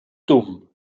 dumm